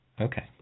Okay